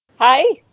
Hi